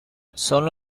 solo